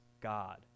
God